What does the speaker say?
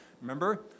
remember